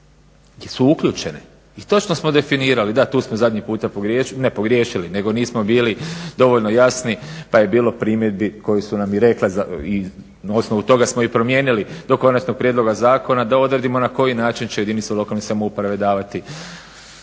su uključene. I točno smo definirali, da tu smo zadnji puta pogriješili. Ne pogriješili nego nismo bili dovoljno jasni pa je bilo primjedbi koje su nam i rekle i na osnovu toga smo ih promijenili do konačnog prijedloga zakona da odredimo na koji način će jedinice lokalne samouprave davati